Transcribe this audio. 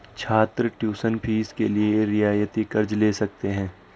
छात्र tuition fees के लिए रियायती कर्ज़ ले सकते हैं